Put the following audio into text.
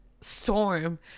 storm